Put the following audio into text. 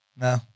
No